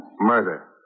Murder